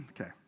Okay